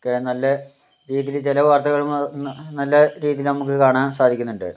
എക്കെ നല്ല രീതിയിൽ ചില വാർത്തകൾ നമു നല്ല രീതിയിൽ കാണാൻ നമുക്ക് സാധിക്കുന്നുണ്ട്